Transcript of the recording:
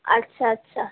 আচ্ছা আচ্ছা